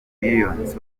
millions